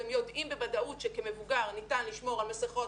והם יודעים בוודאות שכמבוגר ניתן שלמור על מסיכות,